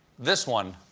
this one.